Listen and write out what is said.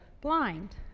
blind